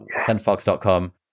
sendfox.com